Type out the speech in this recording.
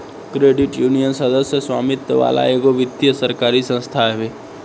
credit union, सदस्य स्वामित्व वाला एगो वित्तीय सरकारी संस्था हवे